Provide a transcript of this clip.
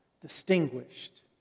distinguished